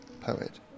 poet